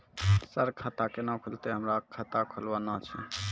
Sir खाता केना खुलतै, हमरा खाता खोलवाना छै?